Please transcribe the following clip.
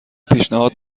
پیشنهاد